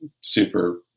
super